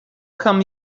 come